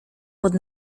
pod